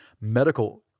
medical